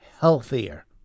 healthier